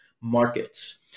markets